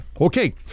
Okay